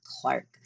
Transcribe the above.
Clark